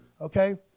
okay